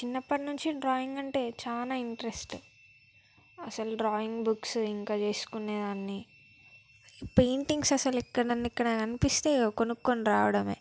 చిన్నప్పటి నుంచి డ్రాయింగ్ అంటే చాలా ఇంట్రెస్ట్ అసలు డ్రాయింగ్ బుక్స్ ఇంకా తీసుకునేదాన్ని పెయింటింగ్స్ అసలు ఇంకా ఎక్కడ ఇంకా ఎక్కడైనా కనిపిస్తే కొనుక్కొని రావడమే